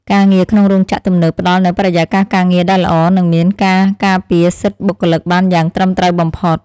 ការងារក្នុងរោងចក្រទំនើបផ្តល់នូវបរិយាកាសការងារដែលល្អ និងមានការការពារសិទ្ធិបុគ្គលិកបានយ៉ាងត្រឹមត្រូវបំផុត។